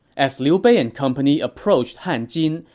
as liu bei and company approached hanjin,